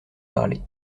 parler